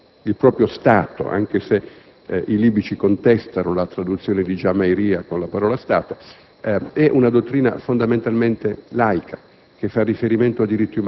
il proprio Stato - anche se i libici contestano la traduzione di Jamahiriya con la parola Stato - è fondamentalmente laica,